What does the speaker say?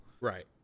Right